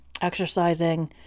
exercising